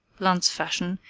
lance-fashion,